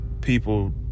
people